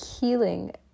healing